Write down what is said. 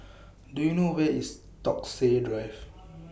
Do YOU know Where IS Stokesay Drive